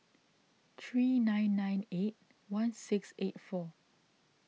three nine nine eight one six eight four